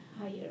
higher